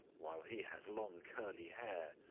while he has long curly hair.